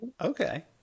Okay